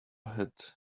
had